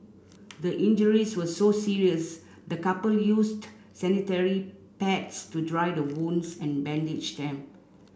the injuries were so serious the couple used sanitary pads to dry the wounds and bandage them